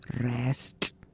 rest